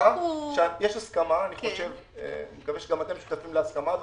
יש הסכמה, אני מקווה שגם אתם שותפים להסכמה הזאת,